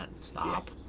Stop